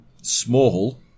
small